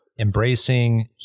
embracing